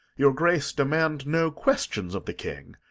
your grace demand no questions of the king,